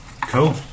Cool